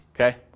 Okay